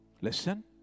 listen